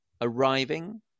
arriving